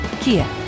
Kia